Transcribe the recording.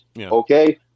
okay